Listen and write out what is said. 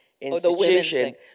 Institution